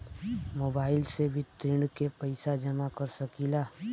Mobile से भी ऋण के पैसा जमा कर सकी ला?